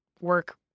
work